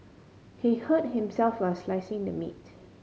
he hurt himself while slicing the meat